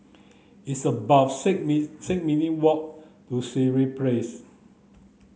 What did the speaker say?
it's about six six minute' walk to Sireh Place